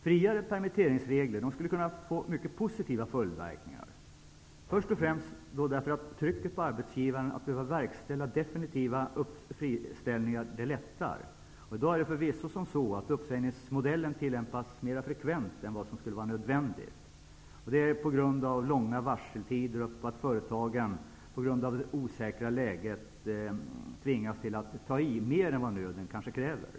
Friare permitteringsregler skulle kunna få mycket positiva följdverkningar, först och främst därför att trycket på arbetsgivaren att behöva verkställa definitiva friställningar lättar. I dag är det förvisso som så att uppsägningsmodellen tillämpas mer frekvent än som skulle vara nödvändigt. På grund av långa varseltider och det osäkra läget tvingas företagen ta i mer än vad nöden kanske kräver.